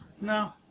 No